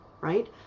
right